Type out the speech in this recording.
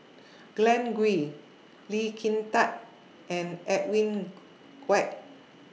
Glen Goei Lee Kin Tat and Edwin Koek